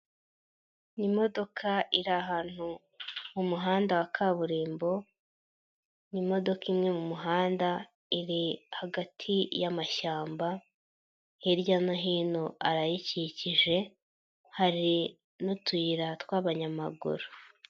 Imodoka iri ahantu mu muhanda wa kaburimbo. Ni imodoka imwe mu muhanda iri hagati y'amashyamba, hirya no hino arayikikije, hari n'utuyira tw'abanyamaguru.